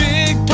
Big